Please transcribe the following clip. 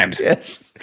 Yes